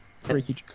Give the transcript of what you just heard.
freaky